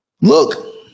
look